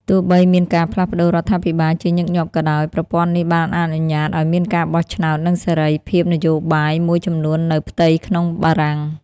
ទោះបីមានការផ្លាស់ប្ដូររដ្ឋាភិបាលជាញឹកញាប់ក៏ដោយ ប្រព័ន្ធនេះបានអនុញ្ញាតឱ្យមានការបោះឆ្នោត និងសេរីភាពនយោបាយមួយចំនួននៅផ្ទៃក្នុងបារាំង។